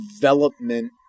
development